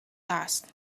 asked